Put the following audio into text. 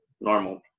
normal